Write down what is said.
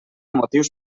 motius